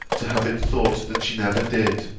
to have it thought that she never did,